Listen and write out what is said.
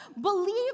Believe